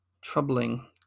troubling